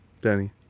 Danny